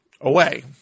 away